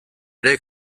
ere